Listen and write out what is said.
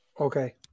Okay